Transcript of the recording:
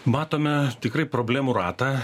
matome tikrai problemų ratą